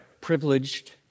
privileged